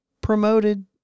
promoted